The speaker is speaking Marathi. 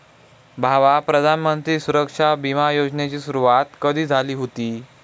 भावा, प्रधानमंत्री सुरक्षा बिमा योजनेची सुरुवात कधी झाली हुती